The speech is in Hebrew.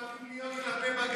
כמו שאתם אוהבים להיות כלפי בג"ץ.